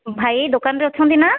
ଭାଇ ଦୋକାନରେ ଅଛନ୍ତି ନା